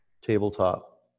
tabletop